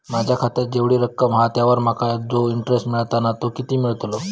माझ्या खात्यात जेवढी रक्कम हा त्यावर माका तो इंटरेस्ट मिळता ना तो किती मिळतलो?